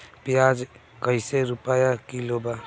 प्याज कइसे रुपया किलो बा?